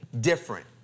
different